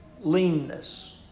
leanness